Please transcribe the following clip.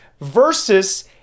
versus